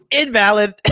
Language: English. invalid